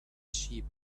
sheep